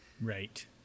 Right